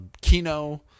kino